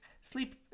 sleep